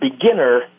beginner